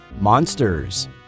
Monsters